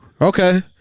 Okay